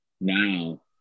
now